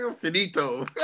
Finito